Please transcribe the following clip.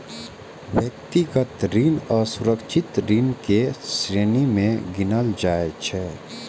व्यक्तिगत ऋण असुरक्षित ऋण के श्रेणी मे गिनल जाइ छै